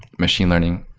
machine learning,